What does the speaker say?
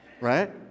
right